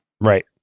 Right